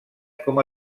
com